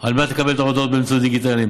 על מנת לקבל את ההודעות באמצעים דיגיטליים